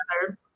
together